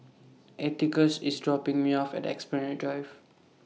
Atticus IS dropping Me off At Esplanade Drive